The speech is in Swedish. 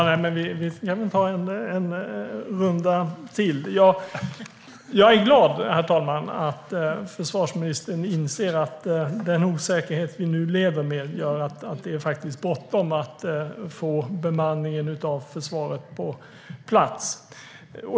Herr talman! Jag är glad att försvarsministern inser att den osäkerhet som vi nu lever med gör att det faktiskt är bråttom att få bemanningen av försvaret på plats.